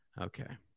Okay